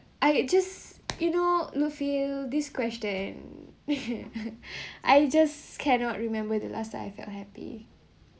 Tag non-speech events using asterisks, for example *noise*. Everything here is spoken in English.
I just you know lufy this question *laughs* I just cannot remember I remember the last time I felt happy